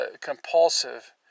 compulsive